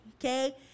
okay